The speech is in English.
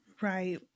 Right